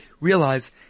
realize